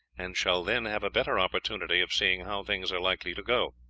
and shall then have a better opportunity of seeing how things are likely to go.